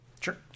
Sure